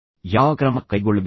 ಯಾವ ಕ್ರಮ ಕೈಗೊಳ್ಳಬೇಕು